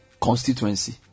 constituency